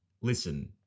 listen